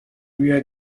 area